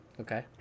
Okay